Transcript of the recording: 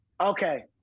Okay